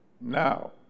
Now